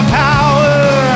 power